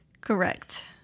Correct